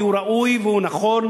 כי הוא ראוי והוא נכון,